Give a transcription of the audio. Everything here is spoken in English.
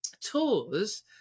tours